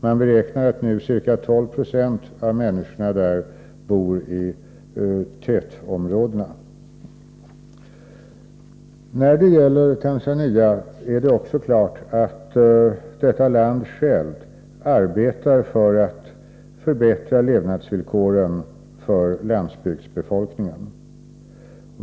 Man beräknar att nu ca 1296 av människorna där bor i tätområdena. Det är också klart att Tanzania självt arbetar med att förbättra levnadsvillkoren för landsbygdsbefolkningen.